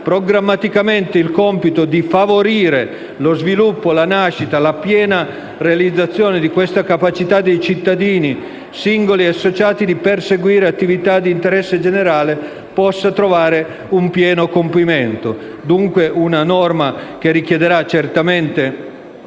programmaticamente il compito di favorire lo sviluppo, la nascita e la piena realizzazione di questa capacità dei cittadini, singoli ed associati, di perseguire attività di interesse generale, possa trovare un pieno compimento. Si tratta dunque di una norma che richiederà certamente